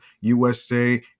USA